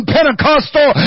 Pentecostal